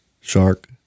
Shark